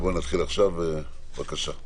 בבקשה.